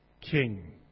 king